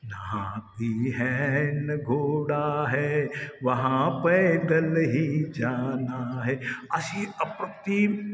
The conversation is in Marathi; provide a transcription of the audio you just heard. न हाथी है ना घोडा है वहा पैदल ही जाना आहे अशी अप्रतिम